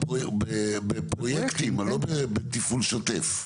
בפרויקטים, לא בתפעול שוטף?